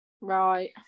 right